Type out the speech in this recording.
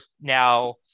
now